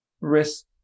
risk